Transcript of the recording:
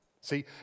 See